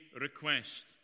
request